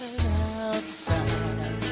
outside